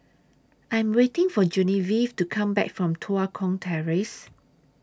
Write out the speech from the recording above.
I'm waiting For Genevieve to Come Back from Tua Kong Terrace